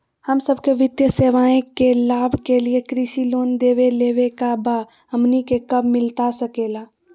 हम सबके वित्तीय सेवाएं के लाभ के लिए कृषि लोन देवे लेवे का बा, हमनी के कब मिलता सके ला?